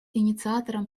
инициатором